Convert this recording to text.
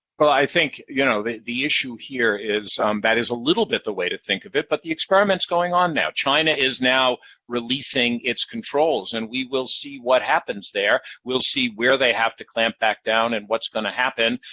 well, i think you know the issue here is that is a little bit the way to think of it, but the experiment is going on now. china is now releasing its controls, and we will see what happens there. we'll see where they have to clamp back down and what's going to happen,